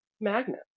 magnet